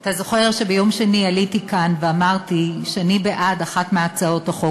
אתה זוכר שביום שני עליתי כאן ואמרתי שאני בעד אחת מהצעות החוק,